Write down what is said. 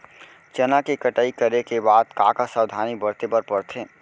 चना के कटाई करे के बाद का का सावधानी बरते बर परथे?